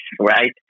right